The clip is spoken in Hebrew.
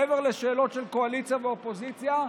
מעבר לשאלות של קואליציה ואופוזיציה,